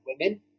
women